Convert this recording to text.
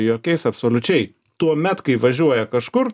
jokiais absoliučiai tuomet kai važiuoja kažkur